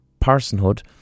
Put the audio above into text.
personhood